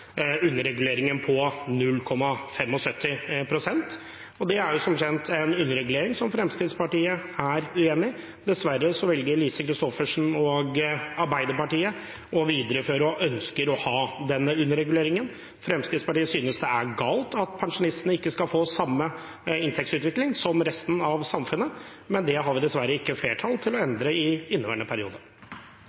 underreguleringen på 0,75 pst. Det er som kjent en underregulering som Fremskrittspartiet er uenig i. Dessverre velger Lise Christoffersen og Arbeiderpartiet å videreføre – og ønsker å ha – denne underreguleringen. Fremskrittspartiet synes det er galt at pensjonistene ikke skal få samme inntektsutvikling som resten av samfunnet, men det har vi dessverre ikke flertall til å endre i inneværende periode.